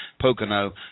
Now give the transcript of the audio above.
Pocono